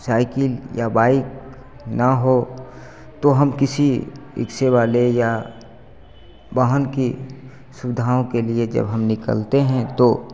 cycle या bike ना हो तो हम किसी रिक्से वाले या वाहन की सुविधाओं के लिए जब हम निकलते हैं तो